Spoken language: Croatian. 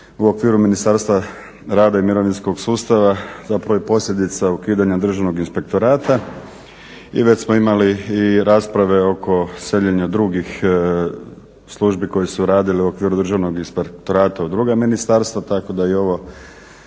u okviru Ministarstva rada i mirovinskog sustava zapravo i posljedica ukidanja Državnog inspektorata i već smo imali i rasprave oko seljenja drugih službi koje su radile u okviru Državnog inspektorata u druga ministarstva tako da je i ovo